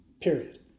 Period